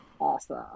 awesome